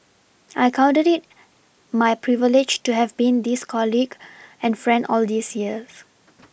I counted it my privilege to have been this colleague and friend all these years